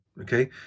Okay